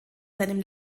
seinem